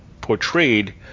portrayed